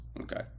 Okay